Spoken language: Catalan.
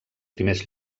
primers